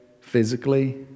physically